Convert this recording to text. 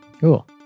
cool